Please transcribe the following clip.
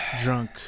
drunk